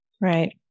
Right